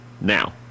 now